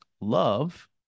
love